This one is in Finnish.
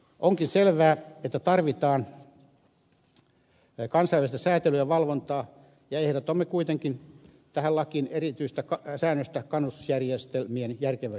onkin selvää että tarvitaan kansainvälistä säätelyä ja valvontaa ja ehdotamme tähän lakiin erityistä säännöstä kannustusjärjestelmien järkevöittämiseksi